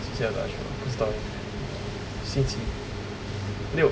几时要打球不知道 leh 星期六